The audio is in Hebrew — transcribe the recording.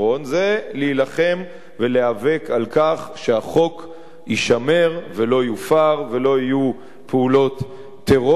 זה להילחם ולהיאבק על כך שהחוק יישמר ולא יופר ולא יהיו פעולות טרור,